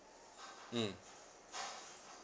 mm